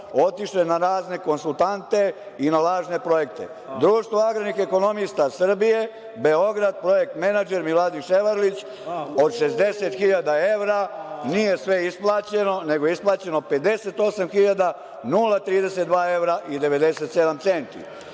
otišao je na razne konsultante i na lažne projekte. Društvo agrarnih ekonomista Srbije Beograd, menadžer Miladin Ševarlić od 60 hiljada evra, nije sve isplaćeno, nego je isplaćeno 58 hiljada 0,32 evra i 97 centi. Kao